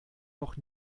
noch